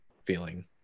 feeling